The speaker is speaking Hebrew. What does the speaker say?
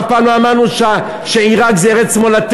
אף פעם לא אמרנו שעיראק זאת ארץ מולדתנו.